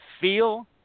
feel